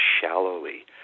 shallowly